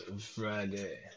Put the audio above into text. Friday